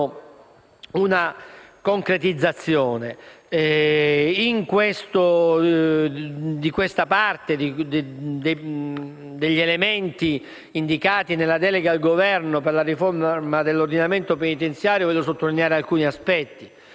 una concretizzazione. Di questa parte degli elementi indicati nella delega al Governo per la riforma dell'ordinamento penitenziario voglio sottolineare alcuni aspetti,